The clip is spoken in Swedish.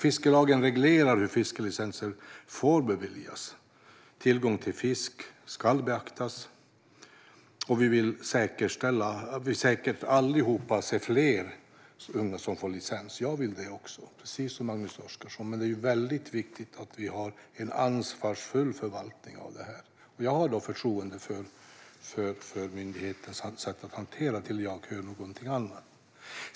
Fiskelagen reglerar hur fiskelicenser får beviljas. Tillgång till fisk ska beaktas. Vi vill säkert alla se att fler unga får licens. Jag vill det också, precis som Magnus Oscarsson. Men det är väldigt viktigt att vi har en ansvarsfull förvaltning av detta. Jag har förtroende för myndighetens sätt att hantera det tills jag hör något annat.